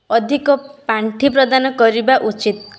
ଅଧିକ ପାଣ୍ଠି ପ୍ରଦାନ କରିବା ଉଚିତ୍